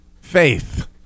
faith